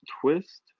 twist